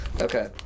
Okay